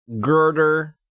Girder